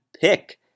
pick